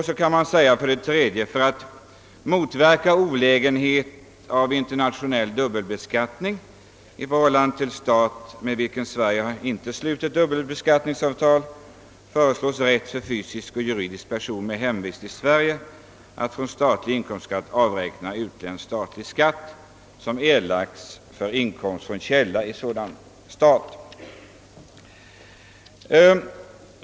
För det tredje föreslås att det för att motverka olägenheten av internationell dubbelbeskattning i förhållande till stat, med vilken Sverige inte slutit dubbelbeskattningsavtal, införes rätt för fysiska och juridiska personer med hemvist i Sverige att från statlig inkomstskatt avräkna utländsk statlig skatt som erlagts för inkomst från källa i sådan stat.